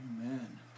Amen